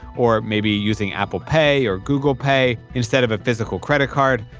or maybe using apple pay or google pay instead of a physical credit card.